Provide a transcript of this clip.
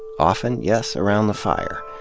often, yes, around the fire.